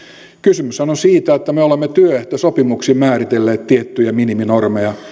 kysymyshän on siitä että me olemme työehtosopimuksin määritelleet tiettyjä miniminormeja